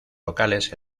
locales